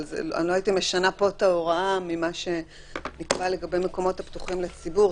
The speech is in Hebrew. אבל לא הייתי משנה פה את ההוראה ממה שנקבע לגבי מקומות הפתוחים לציבור,